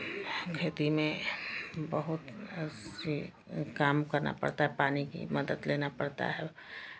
खेती में बहुत उससे काम करना पड़ता है पानी की मदद लेना पड़ता है